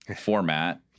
format